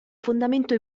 fondamento